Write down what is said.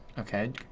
okay.